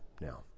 now